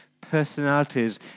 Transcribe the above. personalities